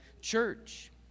church